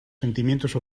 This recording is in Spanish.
sentimientos